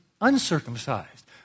uncircumcised